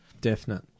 Definite